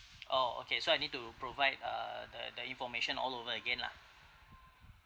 oh okay so I need to provide uh the the information all over again lah